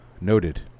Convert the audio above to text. Noted